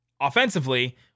offensively